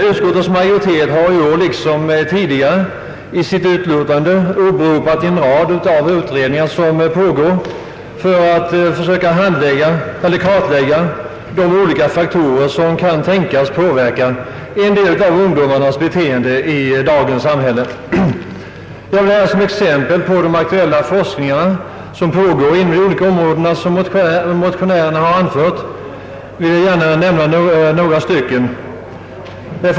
Utskottets majoritet har i år liksom tidigare i sitt utlåtande åberopat en rad pågående utredningar som tillsatts i syfte att försöka kartlägga de olika faktorer som kan tänkas påverka en del ungdomars beteende i dagens samhälle. Som exempel på aktuella forskningsuppgifter inom områden som motionärerna berört vill jag gärna nämna några stycken.